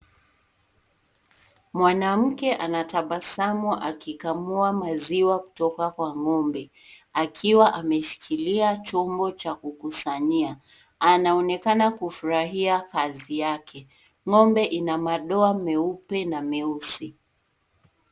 Mwanamke anatabasamu akikamua maziwa kutoka kwa ng'ombe, akiwa ameshikilia chombo cha kukusanyia. Anaonekana kufurahia kazi yake. Ng'ombe ina madoa meupe na meusi.